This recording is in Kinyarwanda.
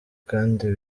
kandi